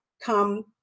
come